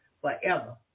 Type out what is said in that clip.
forever